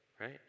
right